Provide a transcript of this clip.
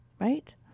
right